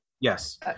Yes